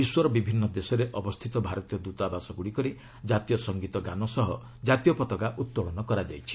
ବିଶ୍ୱର ବିଭିନ୍ନ ଦେଶରେ ଅବସ୍ଥିତ ଭାରତୀୟ ଦ୍ୱତାବାସଗୁଡ଼ିକରେ ଜାତୀୟ ସଙ୍ଗୀତ ଗାନ ସହ ଜାତୀୟ ପତାକା ଉତ୍ତୋଳନ କରାଯାଇଛି